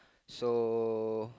so